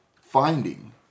finding